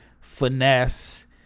finesse